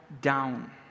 down